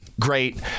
Great